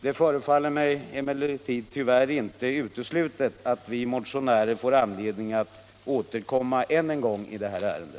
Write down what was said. Det förefaller mig emellertid tyvärr inte uteslutet att vi motionärer får anledning att återkomma än en gång i detta ärende.